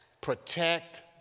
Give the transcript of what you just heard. protect